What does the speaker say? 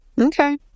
Okay